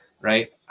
right